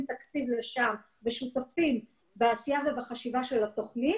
תקציב לשם ושותפים בעשייה ובחשיבה של התוכנית.